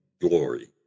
glory